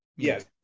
Yes